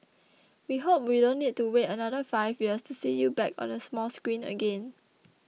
we hope we don't need to wait another five years to see you back on the small screen again